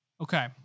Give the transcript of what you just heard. Okay